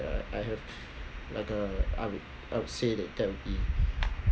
I have like uh I would I would say that that would be